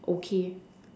okay